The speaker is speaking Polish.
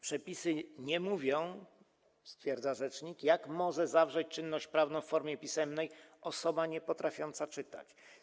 Przepisy nie mówią, stwierdza rzecznik, jak może zawrzeć czynność prawną w formie pisemnej osoba niepotrafiąca czytać.